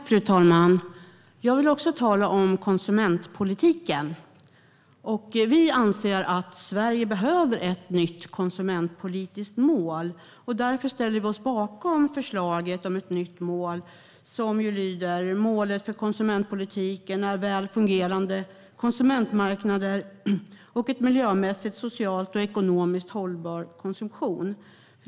Fru talman! Också jag vill tala om konsumentpolitiken. Vi anser att Sverige behöver ett nytt konsumentpolitiskt mål. Därför ställer vi oss bakom förslaget om ett nytt mål. Det lyder: Målet för konsumentpolitiken är väl fungerande konsumentmarknader och en miljömässigt, socialt och ekonomiskt hållbar konsumtion.